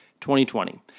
2020